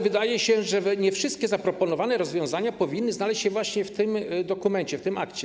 Wydaje się jednak, że nie wszystkie zaproponowane rozwiązania powinny znaleźć się właśnie w tym dokumencie, w tym akcie.